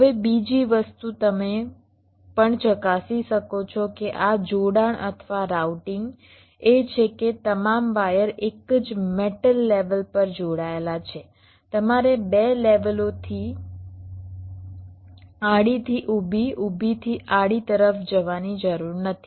હવે બીજી વસ્તુ તમે પણ ચકાસી શકો છો કે આ જોડાણ અથવા રાઉટીંગ એ છે કે તમામ વાયર એક જ મેટલ લેવલ પર જોડાયેલા છે તમારે 2 લેવલોથી આડીથી ઊભી ઊભીથી આડી તરફ જવાની જરૂર નથી